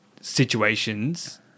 situations